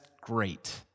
great